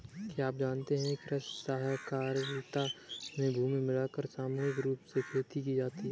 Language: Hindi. क्या आप जानते है कृषि सहकारिता में भूमि मिलाकर सामूहिक रूप से खेती की जाती है?